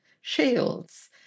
shields